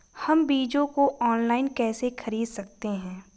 हम बीजों को ऑनलाइन कैसे खरीद सकते हैं?